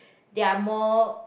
they are more